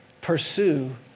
Pursue